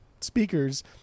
speakers